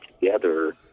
together